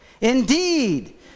Indeed